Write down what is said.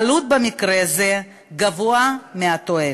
העלות במקרה זה גבוהה מהתועלת.